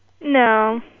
No